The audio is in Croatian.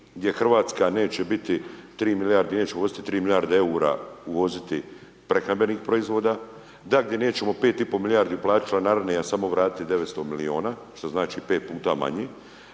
gdje Hrvatska neće biti 3 milijarde, gdje neće ugostiti 3 milijarde uvoziti prehrambenih proizvoda, da gdje nećemo 5,5 milijardi platit članarine, a samo vratiti 900 milijuna, što znači 5x manje,